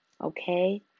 okay